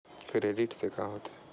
Credit से का होथे?